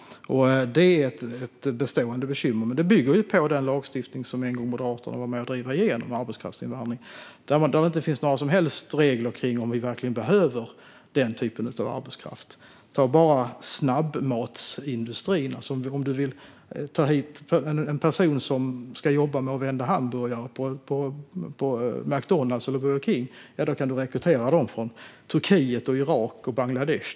Det är ett bestående bekymmer. Men det bygger på den lagstiftning som Moderaterna en gång var med och drev igenom om arbetskraftsinvandring. Där finns det inte några som helst regler när det gäller om vi verkligen behöver den typen av arbetskraft. Jag kan ta snabbmatsindustrin som ett exempel. Om man vill ta hit personer som ska jobba med att vända hamburgare på McDonalds eller Burger King kan man rekrytera dem från Turkiet, Irak och Bangladesh.